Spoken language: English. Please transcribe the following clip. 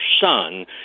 son